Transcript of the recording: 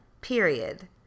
period